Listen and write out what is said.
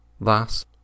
Thus